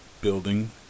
building